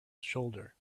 shoulder